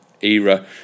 era